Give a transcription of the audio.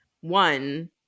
One-